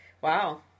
wow